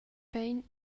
bein